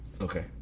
okay